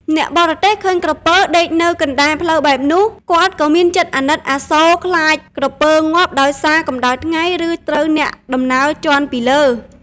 អ្នកបរទេះឃើញក្រពើដេកនៅកណ្តាលផ្លូវបែបនោះ គាត់ក៏មានចិត្តអាណិតអាសូរខ្លាចក្រពើងាប់ដោយសារកម្តៅថ្ងៃ ឬត្រូវអ្នកដំណើរជាន់ពីលើ។